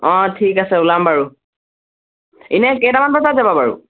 অঁ ঠিক আছে ওলাম বাৰু এনেই কেইটামান বজাত যাবা বাৰু